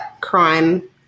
crime